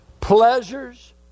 pleasures